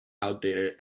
outdated